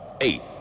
eight